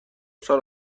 سال